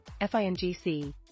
FINGC